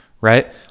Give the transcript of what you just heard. right